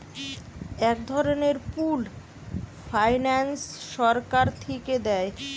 এক ধরনের pooled finance সরকার থিকে দেয়